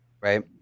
Right